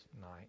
night